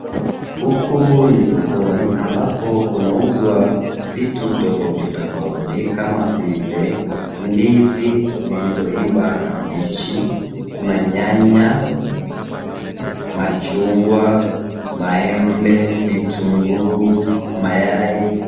Huku ni sokoni ambako kunauzwa vitu tafouti tofauti kama vile ndizi zilizoiva na mbichi kuna nyanya, machungwa, maembe, vitunguu, mayai.